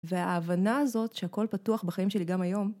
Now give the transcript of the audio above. וההבנה הזאת, שהכל פתוח בחיים שלי גם היום.